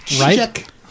right